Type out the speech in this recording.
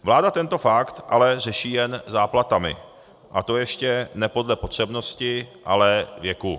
Vláda tento fakt ale řeší jen záplatami, a to ještě ne podle potřebnosti, ale věku.